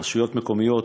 רשויות מקומיות,